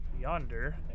yonder